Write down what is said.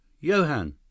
Johan